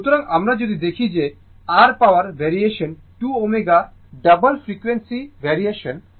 সুতরাং আমরা যদি দেখি যে r পাওয়ার ভেরিয়েশন 2 ω দ্বিগুণ ফ্রিকোয়েন্সি ভেরিয়েশন